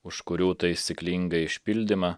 už kurių taisyklingą išpildymą